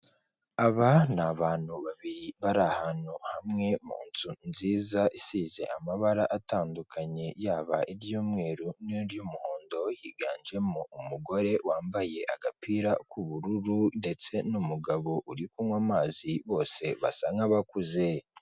Aba ni abantu babiri bari ahantu hamwe mu nzu nziza isize amabara atandukanye, yaba iry'umweru n'iry'umuhondo, yiganjemo umugore wambaye agapira k'ubururu ndetse n'umugabo uri kunywa amazi bose basa nk'abakuze.